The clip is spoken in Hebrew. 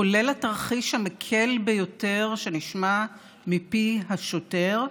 כולל התרחיש המקל ביותר שנשמע מפי השוטר,